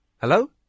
Hello